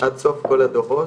עד סוף כל הדורות,